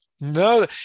No